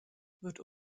wird